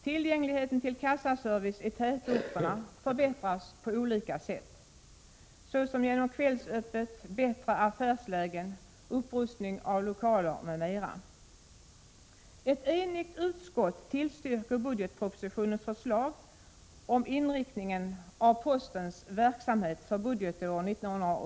Tillgängligheten till kassaservice i tätorterna förbättras på olika sätt, såsom genom kvällsöppet, bättre affärslägen och upprustning av lokaler.